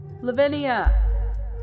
Lavinia